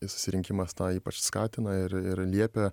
susirinkimas tą ypač skatina ir ir liepia